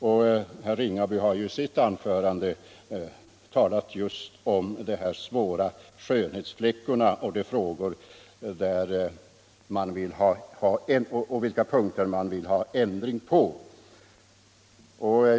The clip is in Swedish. Herr Ringaby har i sitt anförande talat just om dessa svåra skönhetsfläckar och vilka punkter han vill ha ändring på.